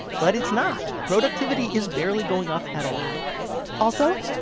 but it's not. productivity is barely going up at all also,